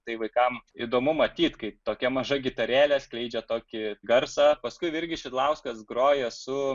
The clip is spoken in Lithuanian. tai vaikam įdomu matyt kai tokia maža gintarėle skleidžia tokį garsą paskui virgis šidlauskas groja su